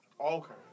Okay